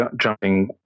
jumping